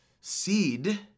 seed